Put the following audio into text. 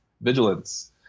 Vigilance